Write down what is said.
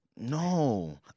No